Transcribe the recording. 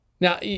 Now